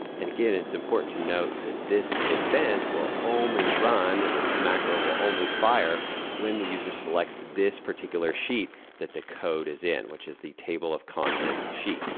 and again, it's important to note that this event will only run and the macro will only fire when the user selects this particular sheet that the code is in, which is the table of contents sheet.